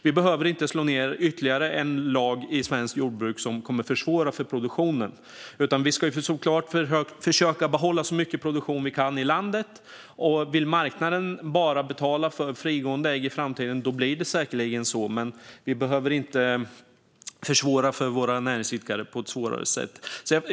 Vi behöver inte slå ned med ytterligare en lag för svenskt jordbruk som kommer att försvåra för produktionen. Vi ska såklart försöka behålla så mycket produktion som vi kan i landet. Vill marknaden bara betala för frigående ägg i framtiden blir det säkerligen så. Men vi behöver inte försvåra för våra näringsidkare.